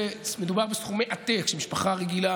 ומדובר בסכומי עתק שמשפחה רגילה,